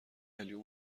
قلیون